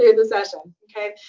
the session, okay?